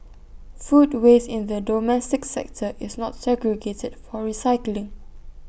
food waste in the domestic sector is not segregated for recycling